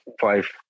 five